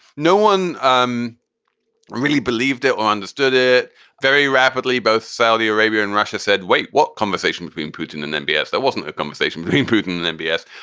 no one um really believed it or understood it very rapidly. both saudi arabia and russia said, wait, what conversation between putin and m b a s? that wasn't a conversation between putin and m b a s.